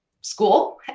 school